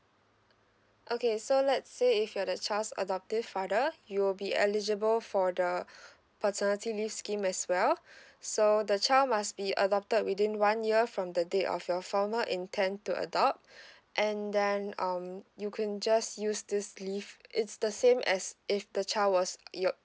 okay so let's say if you're the child's adoptive father you'll be eligible for the paternity leave scheme as well so the child must be adopted within one year from the date of your formal intend to adopt and then um you can just use this leave it's the same as if the child was your